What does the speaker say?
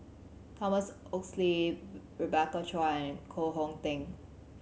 Thomas Oxley Rebecca Chua and Koh Hong Teng